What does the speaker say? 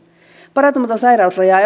parantumaton sairaus rajaa